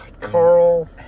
Carl